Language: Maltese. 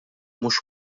mhux